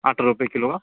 अठरा रुपये किलो का